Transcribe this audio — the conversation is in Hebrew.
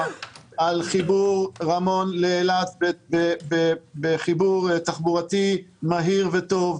על חיבור רמון לאילת בחיבור תחבורתי מהיר וטוב,